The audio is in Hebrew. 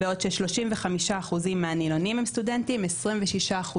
בעוד 35% מהנילונים הם סטודנטים 26%